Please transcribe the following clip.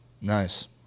Nice